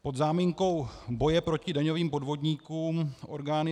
Pod záminkou boje proti daňovým podvodníkům orgány